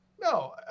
no